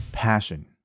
passion